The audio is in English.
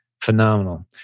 phenomenal